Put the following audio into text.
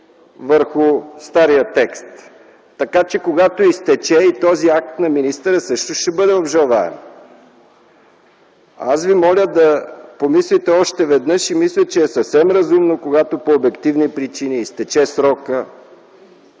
върху стария текст. Така че, когато изтече и този акт на министъра също ще бъде обжалваем. Аз ви моля да помислите още веднъж и мисля, че съвсем разумно, когато по обективни причини изтече срокът,